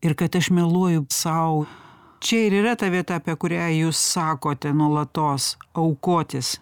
ir kad aš meluoju sau čia ir yra ta vieta apie kurią jūs sakote nuolatos aukotis